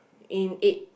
in eight